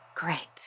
great